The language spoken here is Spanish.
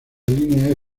línea